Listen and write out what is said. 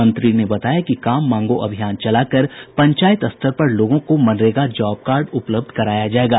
मंत्री ने बताया कि काम मांगो अभियान चलाकर पंचायत स्तर पर लोगों को मनरेगा जॉब कार्ड उपलब्ध कराया जायेगा